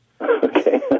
Okay